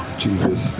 jesus.